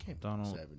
Donald